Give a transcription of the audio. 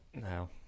no